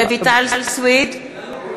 (קוראת בשמות חברי הכנסת) רויטל סויד, בעד